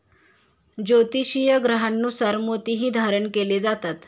ज्योतिषीय ग्रहांनुसार मोतीही धारण केले जातात